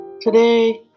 Today